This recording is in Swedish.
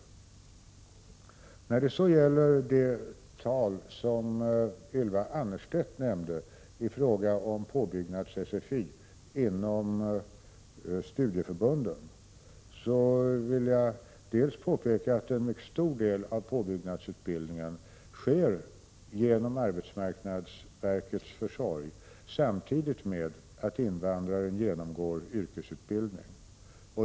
När det så gäller de tal som Ylva Annerstedt nämnde i fråga om påbyggnads-SFI inom studieförbunden vill jag påpeka att en mycket stor del av påbyggnadsutbildningen sker genom arbetsmarknadsverkets försorg samtidigt med att invandraren genomgår yrkesutbildning.